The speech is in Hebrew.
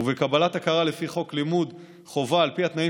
ובקבלת הכרה לפי חוק לימוד חובה על פי התנאים